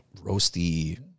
roasty